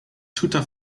tuta